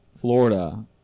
florida